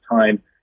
time